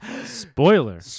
Spoiler